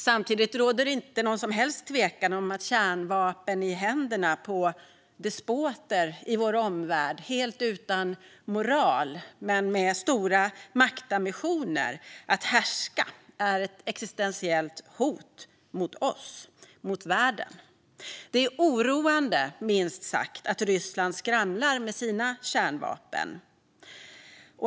Samtidigt råder det inte någon som helst tvekan om att kärnvapen i händerna på despoter i vår omvärld, helt utan moral men med stora maktambitioner att härska, är ett existentiellt hot mot oss och mot världen. Det är oroande, minst sagt, att Ryssland skramlar med sina kärnvapen.